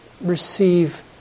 receive